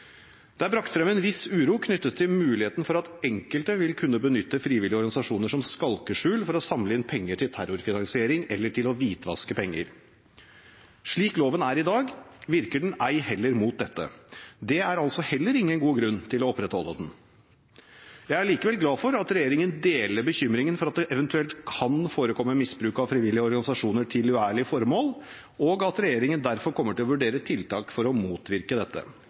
Det er brakt frem en viss uro knyttet til muligheten for at enkelte vil kunne benytte frivillige organisasjoner som skalkeskjul for å samle inn penger til terrorfinansiering eller til å hvitvaske penger. Slik loven er i dag, virker den ei heller mot dette. Det er altså heller ingen god grunn til å opprettholde den. Jeg er likevel glad for at regjeringen deler bekymringen for at det eventuelt kan forekomme misbruk av frivillige organisasjoner til uærlig formål, og at regjeringen derfor kommer til å vurdere tiltak for å motvirke dette.